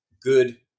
good